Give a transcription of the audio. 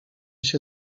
się